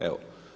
Evo.